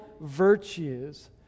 virtues